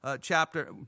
chapter